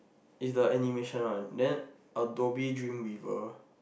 it's the animation one then a Dobby Dream River